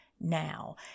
now